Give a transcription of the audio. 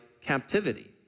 captivity